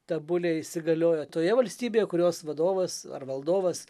ta bulė įsigaliojo toje valstybėje kurios vadovas ar valdovas